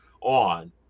on